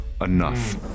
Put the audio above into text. enough